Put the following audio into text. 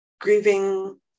Grieving